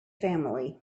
family